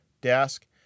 desk